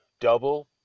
double